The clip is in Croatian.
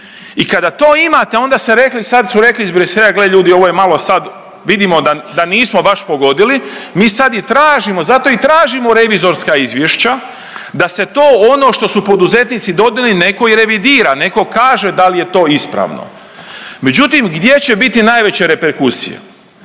I kada to imate sad su rekli iz Bruxellesa gle ljudi ovo je malo sad vidimo da nismo baš pogodili, mi sad i tražimo zato i tražimo revizorska izvješća da se to ono što su poduzetnici … netko i revidira, neko kaže da li je to ispravno. Međutim, gdje će biti najveće reperkusije?